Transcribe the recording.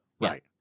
right